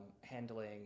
handling